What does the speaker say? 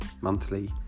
monthly